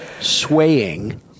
swaying